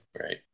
right